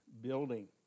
building